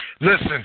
Listen